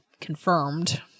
confirmed